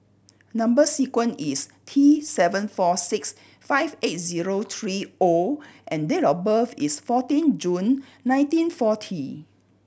number sequence is T seven four six five eight zero three O and date of birth is fourteen June nineteen forty